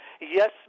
Yes